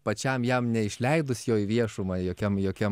pačiam jam neišleidus jo į viešumą jokiam jokiam